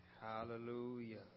Hallelujah